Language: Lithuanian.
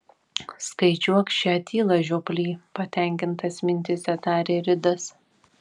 skaičiuok šią tylą žioply patenkintas mintyse tarė ridas